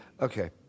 Okay